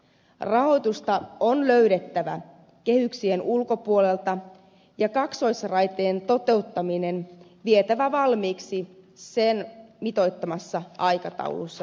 rahoitusta on löydettävä kehyksien ulkopuolelta ja kaksoisraiteen toteuttaminen on vietävä valmiiksi sen mitoittamassa aikataulussa suunnitellusti